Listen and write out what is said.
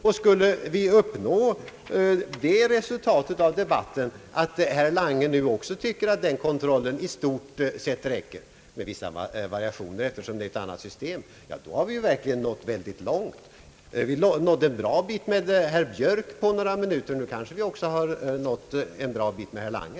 Och skulle vi uppnå det resultatet av debatten att nu också herr Lange tycker att den kontrollen i stort sett räcker — med vissa variationer eftersom det är ett annat system — ja, då har vi verkligen nått långt. Vi nådde en bra bit med herr Björk på några minuter; nu kanske vi också har nått en bra bit med herr Lange.